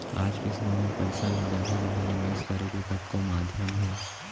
आज के समे म पइसा ल जघा जघा निवेस करे के कतको माध्यम हे